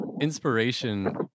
inspiration